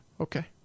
Okay